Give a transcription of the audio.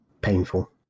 painful